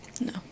No